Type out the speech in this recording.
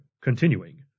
continuing